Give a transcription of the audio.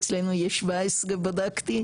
אצלנו יש 17 בדקתי,